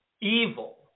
evil